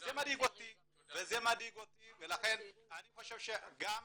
וזה מדאיג אותי ולכן אני חושב שגם